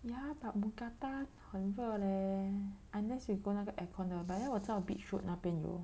ya but mookata 很热 leh unless you go 那个 aircon 的 but then 我知道 Beach Road 那边有